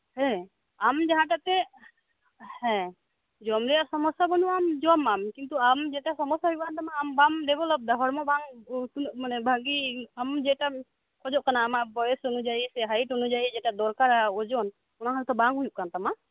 ᱦᱮᱸ ᱟᱢ ᱡᱟᱦᱟᱸᱴᱟᱜ ᱛᱮ ᱦᱮᱸ ᱡᱚᱢᱨᱮᱭᱟᱜ ᱥᱚᱢᱚᱥᱟ ᱵᱟᱹᱱᱩᱜ ᱟ ᱡᱚᱢᱟᱢ ᱠᱤᱛᱩ ᱟᱢ ᱡᱮᱴᱟ ᱥᱚᱢᱚᱭᱟ ᱦᱩᱭᱩᱜ ᱠᱟᱱᱛᱟᱢᱟ ᱟᱢ ᱵᱟᱢ ᱰᱮᱵᱷᱮᱞᱚᱯᱫᱟ ᱦᱚᱲᱢᱚ ᱵᱟᱝ ᱢᱟᱱᱮ ᱵᱷᱟᱜᱤ ᱟᱢᱡᱮᱴᱟᱢ ᱠᱷᱚᱡᱚᱜ ᱠᱟᱱᱟ ᱵᱚᱭᱮᱥ ᱚᱱᱩᱡᱟᱭᱤ ᱥᱮ ᱦᱟᱭᱤᱴ ᱚᱱᱩᱡᱟᱭᱤ ᱫᱚᱨᱠᱟᱨᱟ ᱳᱡᱚᱱ ᱚᱱᱟ ᱦᱚᱭᱛᱚ ᱵᱟᱝ ᱦᱩᱭᱩᱜ ᱠᱟᱱᱛᱟᱢᱟ